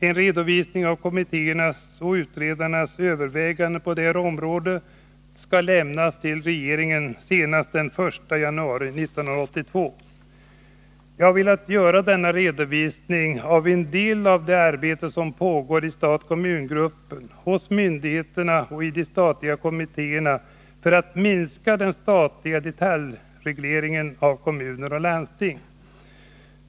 En redovisning av kommittéernas och utredarnas överväganden på detta område skall lämnas till regeringen senast den 1 januari 1982. Jag har velat ge denna redovisning av en del av det arbete som pågår i stat-kommun-gruppen, hos myndigheterna och i de statliga kommittéerna för att minska den statliga detaljregleringen av kommuner och landsting.